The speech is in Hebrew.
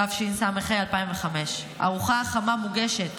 התשס"ה 2005. הארוחה החמה מוגשת